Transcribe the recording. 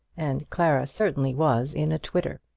and clara certainly was in a twitter,